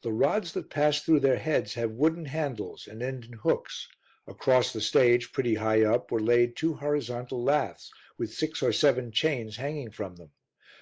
the rods that pass through their heads have wooden handles and end in hooks across the stage, pretty high up, were laid two horizontal laths with six or seven chains hanging from them